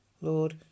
Lord